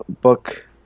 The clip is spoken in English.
book